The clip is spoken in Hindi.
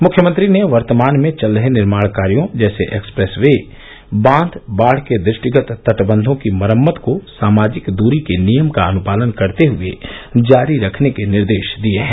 मुख्यमंत्री ने वर्तमान में चल रहे निर्माण कार्यो जैसे एक्सप्रेस वे बांघ बाढ़ के दृष्टिगत तटबंवों की मरम्मत को सामाजिक दूरी के नियम का अन्पालन करते हए जारी रखने के निर्देश दिए हैं